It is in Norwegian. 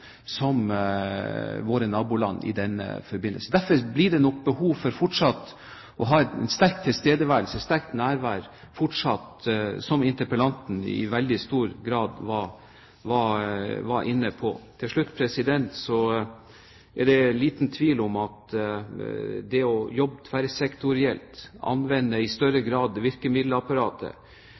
våre naboland i denne forbindelse. Derfor blir det nok behov for fortsatt å ha en sterk tilstedeværelse og et sterkt nærvær, som interpellanten i veldig stor grad var inne på. Til slutt er det liten tvil om at det jobbes tverrsektorielt ved å anvende virkemiddelapparatet i større grad.